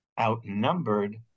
outnumbered